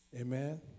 Amen